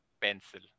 pencil